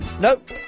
Nope